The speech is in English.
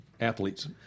athletes